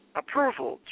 approval